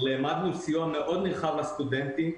העמדנו סיוע מאוד נרחב לסטודנטים,